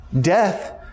death